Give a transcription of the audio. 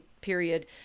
period